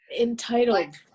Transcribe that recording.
Entitled